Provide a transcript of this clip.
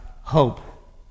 hope